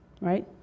Right